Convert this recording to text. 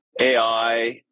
AI